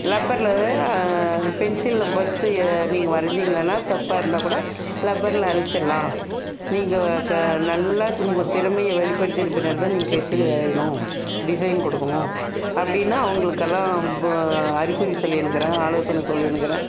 லப்பரில் பென்சிலில் ஃபர்ஸ்ட்டு நீங்கள் வரைஞ்சிங்களான தப்பாக இருந்தால் கூட லப்பரில் அழிச்சிடலாம் நீங்கள் க நல்லா உங்கள் திறமையை வெளிப்படுத்தின பின்னாடி தான் நீங்கள் ஸ்கெட்ச்சில் வரையணும் டிசைன் கொடுக்குணும் அப்படினா அவங்களுக்கெல்லாம் அறிகுறி சொல்லிணுக்கிறேன் ஆலோசனை சொல்லிணுக்கிறேன்